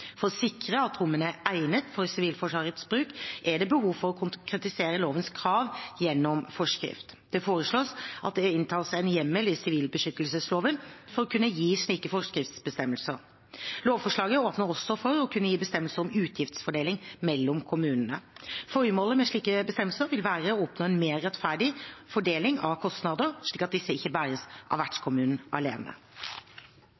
For å sikre at rommene er egnet for Sivilforsvarets bruk, er det behov for å konkretisere lovens krav gjennom forskrift. Det foreslås at det inntas en hjemmel i sivilbeskyttelsesloven for å kunne gi slike forskriftsbestemmelser. Lovforslaget åpner også for å kunne gi bestemmelser om utgiftsfordeling mellom kommunene. Formålet med slike bestemmelser vil være å oppnå en mer rettferdig fordeling av kostnader, slik at disse ikke bæres av